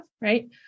Right